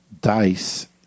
dice